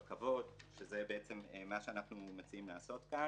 בכבוד, שזה מה שאנחנו מציעים לעשות כאן.